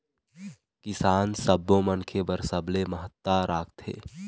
किसान सब्बो मनखे बर सबले महत्ता राखथे